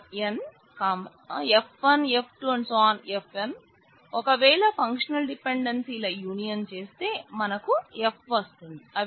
Rn F1F2Fn ఒకవేళ functional డిపెండెన్సీల union చేస్తే మనకు F వస్తుంది